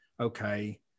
okay